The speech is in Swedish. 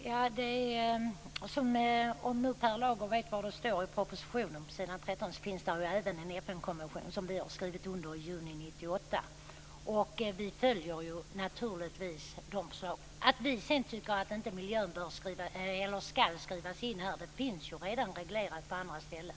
Fru talman! Nu vet Per Lager var det står i propositionen, på s. 13. Det finns även en FN-konvention som vi har skrivit under i juni 1998. Vi följer naturligtvis de förslagen. Att vi tycker att miljön inte skall skrivas in beror ju på att de frågorna redan finns reglerade på andra ställen.